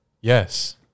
Yes